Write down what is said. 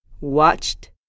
Watched